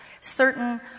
Certain